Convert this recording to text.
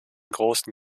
großen